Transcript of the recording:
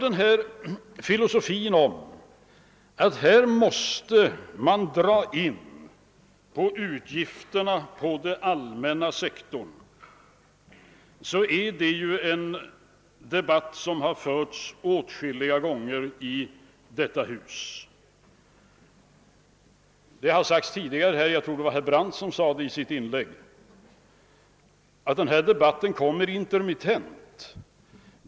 Denna filosofi att vi måste dra in på utgifterna på den allmänna sektorn har debatterats åtskilliga gånger i detta hus. Det har sagts tidigare i dag — jag tror att det var herr Brandt som sade det — att denna debatt kommer intermittent.